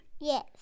Yes